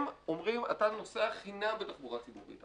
הם אומרים, אתה נוסע חינם בתחבורה ציבורית.